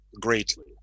greatly